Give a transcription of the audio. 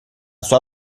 sua